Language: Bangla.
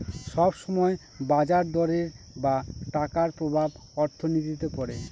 সব সময় বাজার দরের বা টাকার প্রভাব অর্থনীতিতে পড়ে